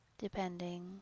depending